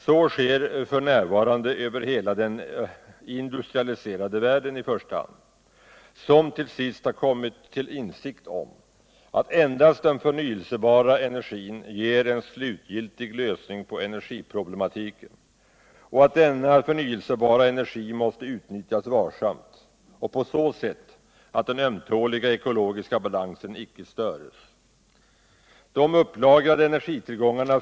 Så sker f. n. över hela den industrialiserade världen i första hand, som till sist har kommit till insikt om alt endast den förnyelsebara energin ger en slutgiltig lösning på energiproblematiken och att denna förnyelsebara energi måste utnyttjas varsamt och på så sätt att den ömtåliga ekologiska balansen icke störs. De upplagrade energitillgångarna.